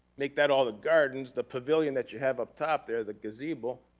make that all the gardens, the pavilion that you have up top there, the gazebo,